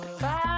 Bye